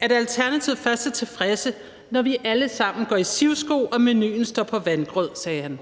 Alternativet er først tilfredse, når vi alle sammen går i sivsko og menuen står på vandgrød, sagde han.